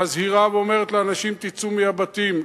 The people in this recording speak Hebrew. מזהירה ואומרת לאנשים: תצאו מהבתים,